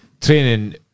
training